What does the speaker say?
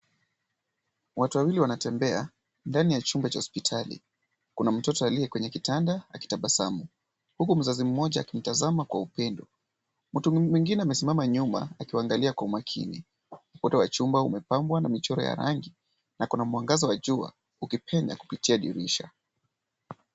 Watu wawili wanatembea ndani ya chumba cha hospitali. Kuna mtoto aliye kwenye kitanda, akitabasamu huku mzazi mmoja akimtazama kwa upendo. Mtu mwingine amesimama nyuma akiwaangalia kwa umakini. Uoto wa chumba umepambwa na michoro ya rangi na kuna mwangaza wa jua ukipenya kupitia dirisha.